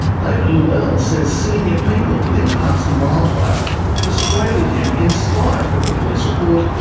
david llewellyn says senior people within parks and wildlife persuaded him, in spite of the police report,